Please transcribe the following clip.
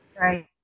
Right